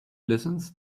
listens